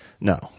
No